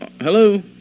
Hello